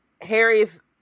Harry's